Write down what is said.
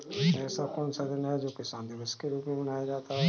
ऐसा कौन सा दिन है जो किसान दिवस के रूप में मनाया जाता है?